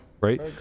Right